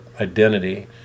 identity